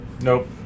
Nope